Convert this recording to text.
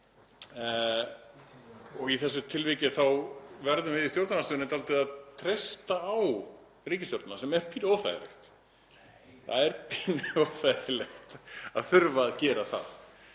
Í þessu tilviki þá verðum við í stjórnarandstöðunni dálítið að treysta á ríkisstjórnina sem er pínu óþægilegt. Það er pínu óþægilegt að þurfa að gera það